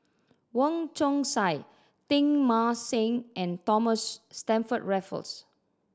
Wong Chong Sai Teng Mah Seng and Thomas Stamford Raffles